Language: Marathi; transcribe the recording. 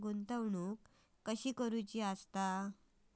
गुंतवणूक कशी करूची?